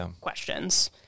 questions